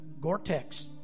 Gore-Tex